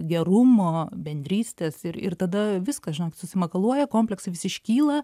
gerumo bendrystės ir ir tada viskas žinokit susimakaluoja kompleksai visi iškyla